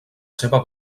seva